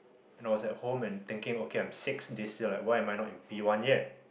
you know I was at home and thinking okay I am six this year why I am not in P one yet